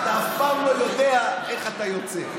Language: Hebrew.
אתה אף פעם לא יודע איך אתה יוצא.